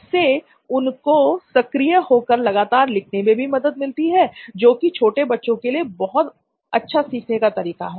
इससे उनको सक्रिय होकर लगातार लिखने में भी मदद मिलती है जोकि छोटे बच्चों के लिए बहुत अच्छा सीखने का तरीका है